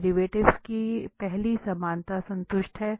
derivatives की पहली समानता संतुष्ट है